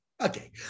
Okay